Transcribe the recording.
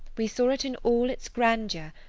we saw it in all its grandeur,